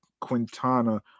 Quintana